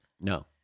No